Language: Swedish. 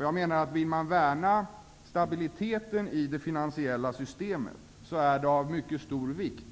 Jag menar att vill man värna stabiliteten i det finansiella systemet är det av mycket stor vikt